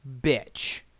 bitch